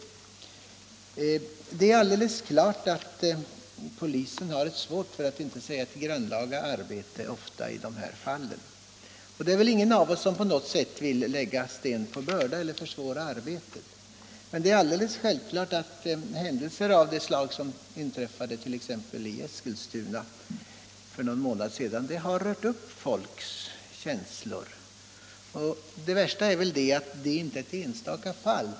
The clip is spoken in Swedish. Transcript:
Polisen har ofta i de fall det här gäller ett besvärligt, för att inte säga grannlaga arbete. Det är väl ingen av oss som på något sätt vill lägga sten på börda eller ytterligare försvåra det arbetet. Men händelser av det slag som för någon månad sedan inträffade i Eskilstuna har rört upp folks känslor. Och det värsta är väl att det inte var ett enstaka fall.